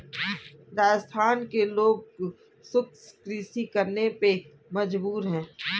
राजस्थान के लोग शुष्क कृषि करने पे मजबूर हैं